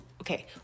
okay